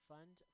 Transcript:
Fund